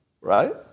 Right